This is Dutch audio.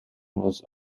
was